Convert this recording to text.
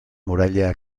muralla